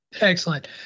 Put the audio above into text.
Excellent